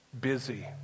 busy